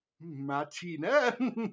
Martina